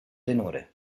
tenore